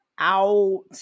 out